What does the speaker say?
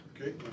Okay